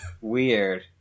Weird